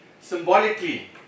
symbolically